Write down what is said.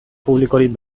publikorik